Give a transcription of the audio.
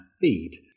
feed